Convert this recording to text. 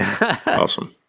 awesome